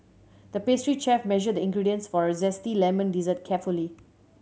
the pastry chef measured the ingredients for a zesty lemon dessert carefully